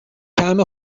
طعم